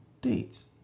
dates